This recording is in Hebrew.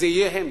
זה יהיה הם.